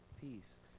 peace